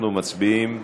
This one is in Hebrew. אנחנו מצביעים,